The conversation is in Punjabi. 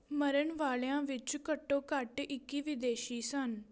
ਮਰਨ ਵਾਲਿਆਂ ਵਿੱਚ ਘੱਟੋ ਘੱਟ ਇੱਕੀ ਵਿਦੇਸ਼ੀ ਸਨ